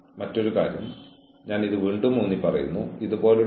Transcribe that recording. നിങ്ങൾ മികച്ച പ്രകടനം നടത്തുന്നില്ലെന്ന് അവരോട് പറഞ്ഞുകൊണ്ട്